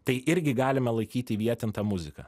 tai irgi galime laikyti įvietinta muzika